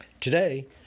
Today